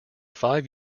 five